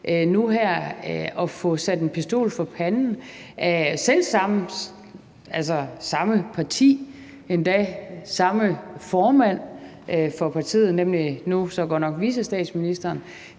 nu her at få sat en pistol for panden af selv samme parti, endda med den selv samme formand for partiet, nemlig vicestatsministeren.